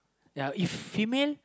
ya if female